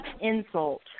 insult